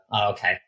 Okay